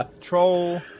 Troll